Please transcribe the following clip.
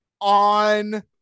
on